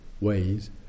ways